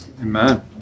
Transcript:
Amen